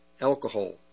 alcohol